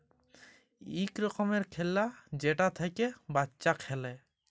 ইক রকমের খেল্লা যেটা থ্যাইকে বাচ্চা খেলে